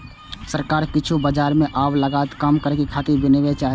सरकार किछु बाजार मे आब लागत कम करै खातिर विनियम चाहै छै